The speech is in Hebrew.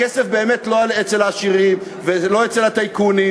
הכסף באמת לא אצל העשירים ולא אצל הטייקונים,